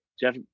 Jeff